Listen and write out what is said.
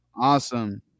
Awesome